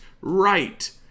right